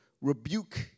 rebuke